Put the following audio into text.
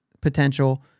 potential